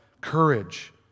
courage